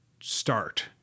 start